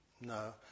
No